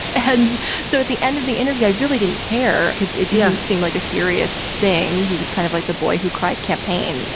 and so at the end of the interview, i really didn't care because it didn't seem like a serious thing. he was kind of like the boy who cried campaign.